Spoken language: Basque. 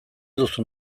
duzu